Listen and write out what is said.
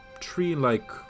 tree-like